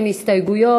אין הסתייגויות.